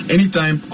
Anytime